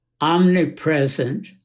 omnipresent